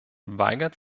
weigert